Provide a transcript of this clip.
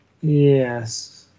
Yes